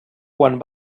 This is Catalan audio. quan